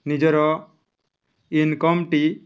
ନିଜର ଇନ୍କମ୍ଟି